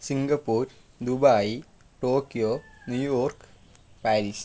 Singapore Dubai Tokyo New York Paris